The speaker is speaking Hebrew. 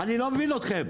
אני לא מבין אתכם.